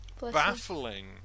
baffling